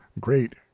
great